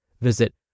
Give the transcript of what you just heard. Visit